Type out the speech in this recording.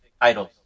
idols